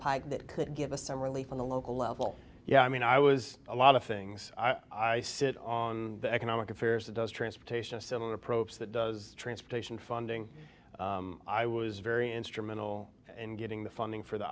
pike that could give us some relief on the local level yeah i mean i was a lot of things i sit on the economic affairs of those transportation a similar approach that does transfer to in funding i was very instrumental in getting the funding for the